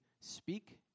speak